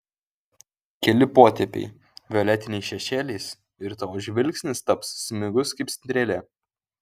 keli potėpiai violetiniais šešėliais ir tavo žvilgsnis taps smigus kaip strėlė